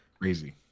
crazy